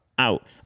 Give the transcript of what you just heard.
out